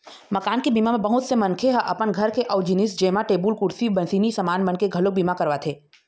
मकान के बीमा म बहुत से मनखे ह अपन घर के अउ जिनिस जेमा टेबुल, कुरसी, मसीनी समान मन के घलोक बीमा करवाथे